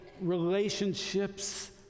relationships